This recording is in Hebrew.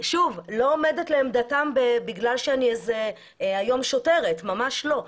לא עומדת לעמדתם בגלל שהיום אני איזה שוטרת ממש לא.